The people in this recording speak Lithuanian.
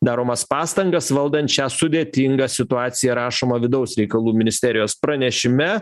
daromas pastangas valdant šią sudėtingą situaciją rašoma vidaus reikalų ministerijos pranešime